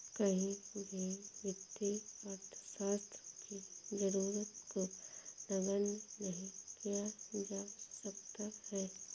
कहीं भी वित्तीय अर्थशास्त्र की जरूरत को नगण्य नहीं किया जा सकता है